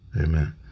Amen